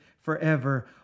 forever